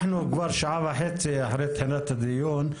אנחנו כבר שעה וחצי אחרי תחילת הדיון.